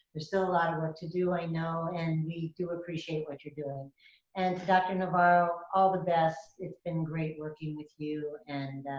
there's still a lot of work to do. i know, and we do appreciate what you're doing and dr. navarro, all the best. it's been great working with you and